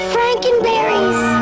Frankenberries